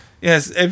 Yes